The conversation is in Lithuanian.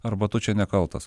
arba tu čia nekaltas